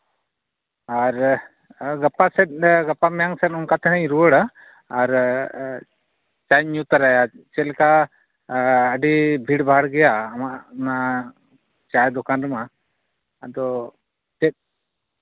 ᱟᱨ ᱜᱟᱯᱟ ᱥᱮᱫ ᱜᱮ ᱜᱟᱯᱟ ᱢᱮᱭᱟᱧ ᱥᱮᱫ ᱚᱱᱟᱠ ᱛᱮᱱᱟᱧ ᱨᱩᱭᱟᱹᱲᱟ ᱟᱨ ᱪᱟᱧ ᱧᱩ ᱛᱟᱨᱟᱭᱟ ᱪᱮᱫ ᱞᱮᱠᱟ ᱟᱨ ᱟᱹᱰᱤ ᱵᱷᱤᱲ ᱵᱷᱟᱲ ᱜᱮᱭᱟ ᱟᱢᱟᱜ ᱚᱱᱟ ᱪᱟᱭ ᱫᱚᱠᱟᱱ ᱨᱮᱢᱟ ᱟᱫᱚ ᱪᱮᱫ